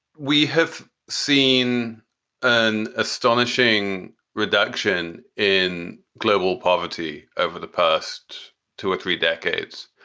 we have seen an astonishing reduction in global poverty over the past two or three decades,